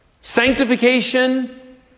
Sanctification